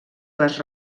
les